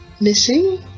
missing